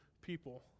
people